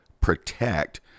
protect